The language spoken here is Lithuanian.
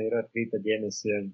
ir atkreipia dėmesį